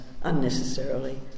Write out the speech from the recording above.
unnecessarily